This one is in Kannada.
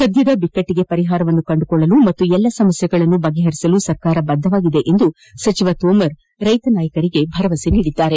ಸದ್ದದ ಬಿಕ್ಕಟ್ಟಗೆ ಸೌಹಾರ್ದಯುತ ಪರಿಹಾರವನ್ನು ಕಂಡುಕೊಳ್ಳಲು ಮತ್ತು ಎಲ್ಲ ಸಮಸ್ಥೆಗಳನ್ನು ಬಗೆಹರಿಸಲು ಸರ್ಕಾರ ಬದ್ದವಾಗಿದೆ ಎಂದು ಸಚಿವ ತೋಮರ್ ರೈತ ನಾಯಕರಿಗೆ ಭರವಸೆ ನೀಡಿದರು